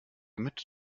mit